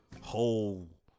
whole